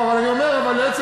לעצם